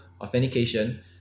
authentication